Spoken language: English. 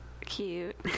cute